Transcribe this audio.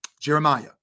Jeremiah